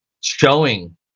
Showing